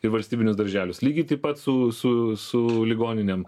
į valstybinius darželius lygiai taip pat su su su ligoninėm